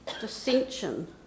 dissension